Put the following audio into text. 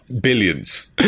Billions